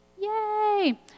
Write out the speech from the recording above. yay